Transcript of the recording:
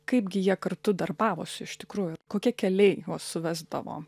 kaipgi jie kartu darbavosi iš tikrųjų kokie keliai suvesdavo